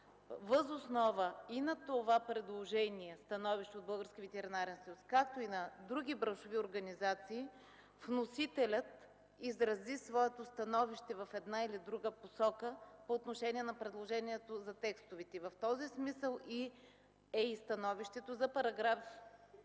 въз основа на това предложение-становище от Български ветеринарен съюз, както и на други браншови организации, вносителят изрази своето становище в една или друга посока по отношение на предложението за текстовете. В този смисъл е и становището за §